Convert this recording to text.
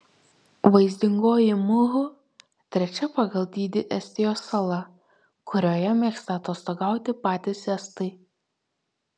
vaizdingoji muhu trečia pagal dydį estijos sala kurioje mėgsta atostogauti patys estai